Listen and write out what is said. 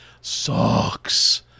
sucks